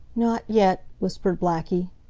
not yet, whispered blackie.